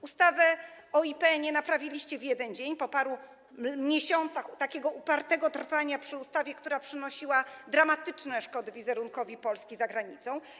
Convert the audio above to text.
Ustawę o IPN-ie naprawiliście w jeden dzień, po paru miesiącach upartego trwania przy ustawie, która przynosiła dramatyczne szkody wizerunkowi Polski za granicą.